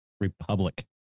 republic